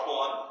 one